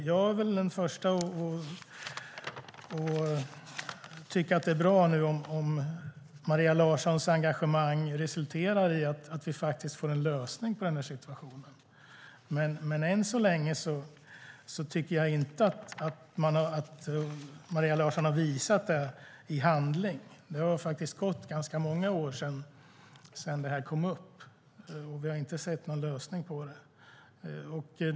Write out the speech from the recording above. Jag är den första att tycka att det är bra om Maria Larssons engagemang resulterar i att vi får en lösning på det här problemet, men än så länge tycker jag inte att Maria Larsson har visat det i handling. Det har faktiskt gått ganska många år sedan det här kom upp, och vi har inte sett någon lösning.